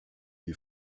die